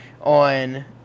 on